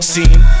Seen